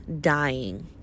dying